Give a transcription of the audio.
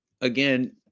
again